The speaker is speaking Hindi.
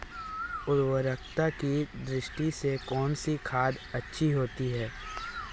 उर्वरकता की दृष्टि से कौनसी खाद अच्छी होती है?